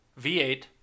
V8